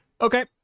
Okay